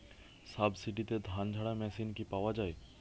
সাবসিডিতে ধানঝাড়া মেশিন কি পাওয়া য়ায়?